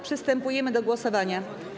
Przystępujemy do głosowania.